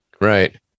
Right